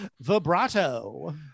vibrato